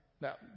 Now